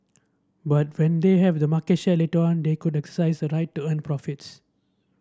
but when they have the market share later on they could exercise the right to earn profits